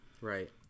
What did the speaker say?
Right